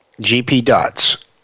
G-P-DOTS